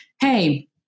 hey